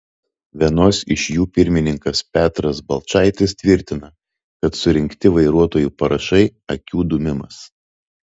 vienos iš jų pirmininkas petras balčaitis tvirtina kad surinkti vairuotojų parašai akių dūmimas